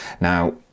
Now